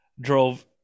drove